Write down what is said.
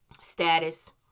status